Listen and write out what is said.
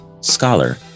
scholar